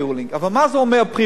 אבל מה זה אומר pre rulling?